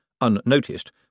unnoticed